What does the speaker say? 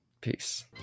Peace